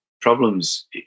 Problems